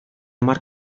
hamar